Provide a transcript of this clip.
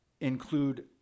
include